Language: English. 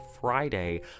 Friday